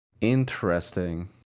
Interesting